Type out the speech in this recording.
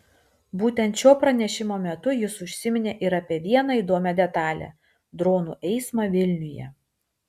būtent šio pranešimo metu jis užsiminė ir apie vieną įdomią detalę dronų eismą vilniuje